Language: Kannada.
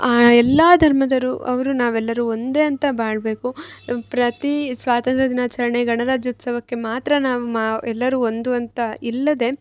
ಆ ಎಲ್ಲಾ ಧರ್ಮದವರು ಅವರು ನಾವೆಲ್ಲರು ಒಂದೇ ಅಂತ ಬಾಳಬೇಕು ಪ್ರತಿ ಸ್ವಾತಂತ್ರ್ಯ ದಿನಾಚರಣೆ ಗಣರಾಜ್ಯೋತ್ಸವಕ್ಕೆ ಮಾತ್ರ ನಾವು ಮಾ ಎಲ್ಲರು ಒಂದು ಅಂತ ಇಲ್ಲದೆ